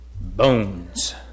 bones